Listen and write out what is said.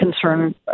concern